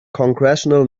congressional